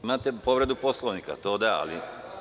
Imate povredu Poslovnika, ali…